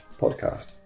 podcast